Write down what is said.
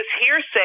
hearsay